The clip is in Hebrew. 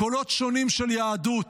קולות שונים של יהדות,